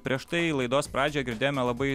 prieš tai laidos pradžioje girdėjome labai